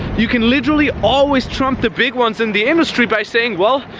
you can literally always trump the big ones in the industry by saying, well,